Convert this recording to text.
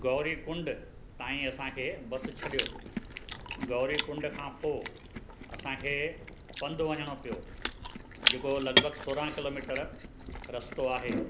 गौरी कुंड ताईं असांखे बसि छॾियो गौरी कुंड खां पोइ असांखे पंधु वञिणो पियो जेको लॻभॻि सोरहां किलोमीटर रस्तो आहे